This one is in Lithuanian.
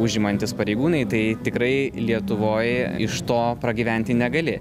užimantys pareigūnai tai tikrai lietuvoj iš to pragyventi negali